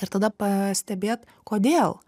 ir tada pastebėt kodėl